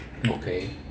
okay